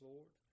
Lord